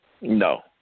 No